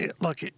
Look